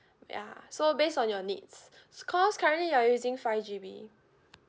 ya so based on your needs because currently you're using five G_B